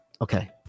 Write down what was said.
Okay